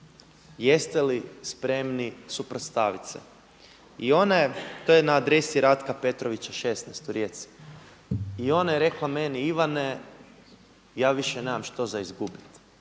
jeste li spremni suprotstaviti se i onda je to je na adresi Ratka Petrovića 16 u Rijeci, i ona je rekla meni Ivane ja više nemam što za izgubiti.